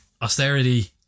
austerity